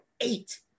eight